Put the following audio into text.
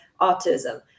autism